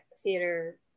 theater